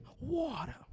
water